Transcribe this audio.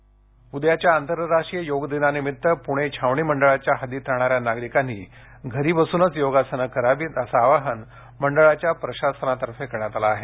योग दिन आंतरराष्ट्रीय योग दिनानिमित्त पुणे छावणी मंडळाच्या हद्दीत राहणाऱ्या नागरिकांनी घरी बसूनच योगासने करावीत असं आवाहन मंडळाच्या प्रशासनातर्फे करण्यात आलं आहे